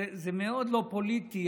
זה מאוד לא פוליטי,